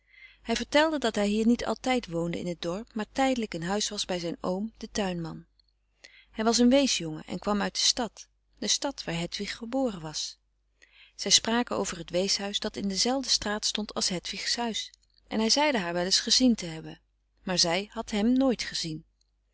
hij vertelde dat hij hier niet altijd woonde in t dorp maar tijdelijk in huis was bij zijn oom den tuinman hij was een weesjongen en kwam uit de stad de stad waar hedwig geboren was zij spraken over het weeshuis dat in dezelfde straat stond als hedwigs huis en hij zeide haar wel eens gezien te hebben maar zij frederik van eeden van de koele meren des doods had hem nooit gezien